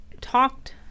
talked